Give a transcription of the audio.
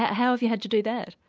how have you had to do that?